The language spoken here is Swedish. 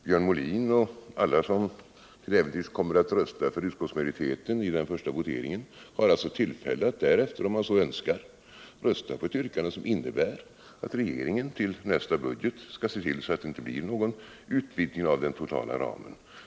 Björn Molin och alla som till äventyrs kommer att rösta för utskottsmajoritetens hemställan i den första voteringen har alltså tillfälle att därefter, om de så önskar, rösta på ett yrkande som innebär att regeringen till nästa budget skall se till att det inte blir någon utvidgning av den totala ramen.